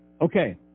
Okay